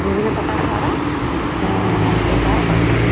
ବିଭିନ୍ନ ପ୍ରକାର ସାର ବ୍ୟବହାର କରିଥାଏ